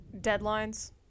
deadlines